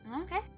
okay